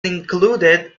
included